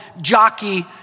jockey